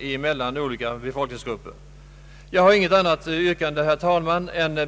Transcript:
jämmellan olika befolkningsgrup Herr talman!